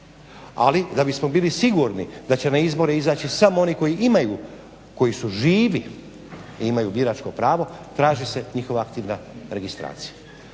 Ali da bismo bili sigurni da će na izbore izaći samo oni koji imaju, koji su živi i imaju biračko pravo traži se njihova aktivna registracija.